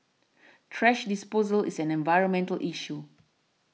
thrash disposal is an environmental issue